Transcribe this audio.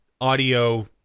audio